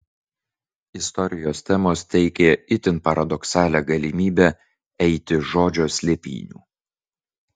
istorijos temos teikė itin paradoksalią galimybę eiti žodžio slėpynių